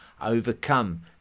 overcome